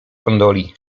gondoli